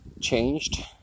changed